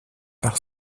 par